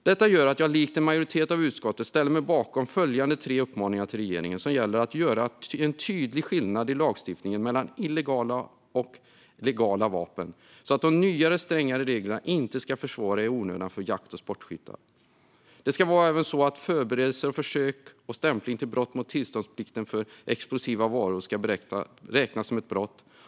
Detta gör att jag, likt en majoritet av utskottet, ställer mig bakom följande tre uppmaningar till regeringen: Det ska vara en tydlig skillnad i lagstiftningen mellan illegala och legala vapen, så att de nya strängare reglerna inte ska försvåra i onödan för jakt och sportskyttar. Även förberedelse, försök och stämpling till brott mot tillståndsplikten för explosiva varor ska räknas som brott.